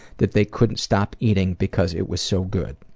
that they couldn't stop eating because it was so good.